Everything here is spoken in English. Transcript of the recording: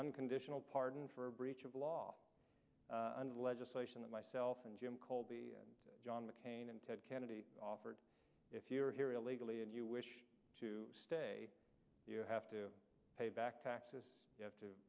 unconditional pardon for breach of law and legislation that myself and jim colby john mccain and ted kennedy offered if you are here illegally and you wish to stay you have to pay back taxes you have to